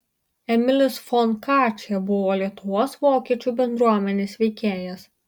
emilis fon katchė buvo lietuvos vokiečių bendruomenės veikėjas